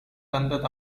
தந்த